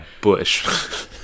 Bush